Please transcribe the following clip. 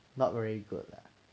not very good lah